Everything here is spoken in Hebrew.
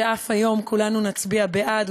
שאף היום כולנו נצביע בעד,